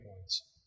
points